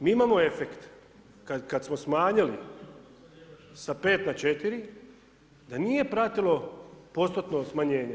Mi imamo efekt, kada smo smanjili sa 5 na 4, da nije pratilo postotno smanjenje.